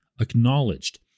acknowledged